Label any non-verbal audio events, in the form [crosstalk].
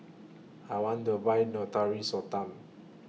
I want to Buy Natura [unintelligible]